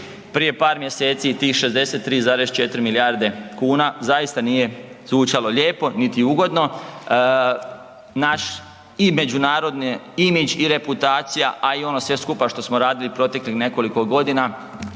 prije par mjeseci tih 63,4 milijarde kuna zaista nije zvučalo lijepo, niti ugodno. Naš i međunarodni imidž i reputacija, a i ono sve skupa što smo radili proteklih nekoliko godina